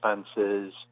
expenses